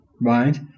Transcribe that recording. right